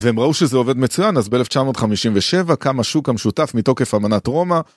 והם ראו שזה עובד מצוין, אז ב-1957 קם השוק המשותף מתוקף אמנת רומא.